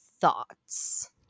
thoughts